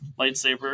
lightsaber